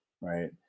right